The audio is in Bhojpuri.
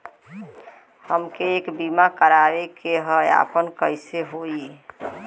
हमके एक बीमा करावे के ह आपन कईसे होई?